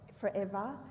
forever